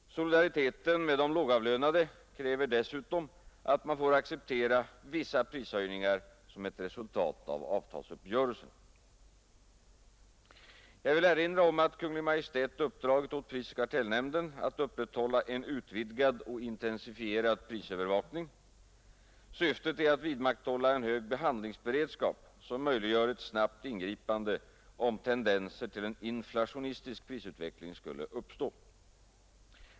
Solidariteten med de lågavlönade kräver dessutom att man får acceptera vissa prishöjningar som ett resultat av avtalsuppgörelserna. Jag vill erinra om att Kungl. Maj:t uppdragit åt prisoch kartellnämnden att upprätthålla en utvidgad och intensifierad prisövervakning. Syftet är att vidmakthålla en hög handlingsberedskap, som möjliggör ett snabbt ingripande om tendenser till en inflationistisk prisutveckling skulle uppstå.